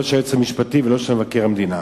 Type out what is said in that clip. של היועץ המשפטי ולא של מבקר המדינה.